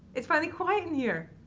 it's finally quiet in here!